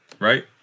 right